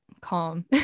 calm